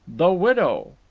the widow!